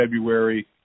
February –